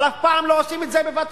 אבל אף פעם לא עושים את זה בבת-אחת,